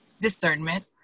discernment